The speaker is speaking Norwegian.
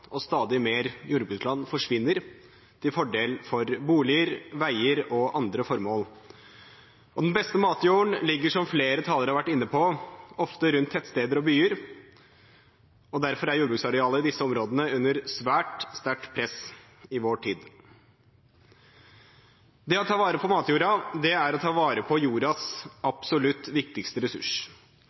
og stadig mer jordbruksland forsvinner til fordel for boliger, veier og andre formål. Den beste matjorda ligger, som flere talere har vært inne på, ofte rundt tettsteder og byer, og derfor er jordbruksarealet i disse områdene under svært sterkt press i vår tid. Det å ta vare på matjorda er å ta vare på jordas absolutt viktigste ressurs.